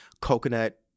coconut